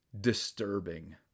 disturbing